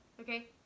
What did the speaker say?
Okay